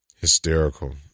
hysterical